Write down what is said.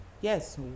yes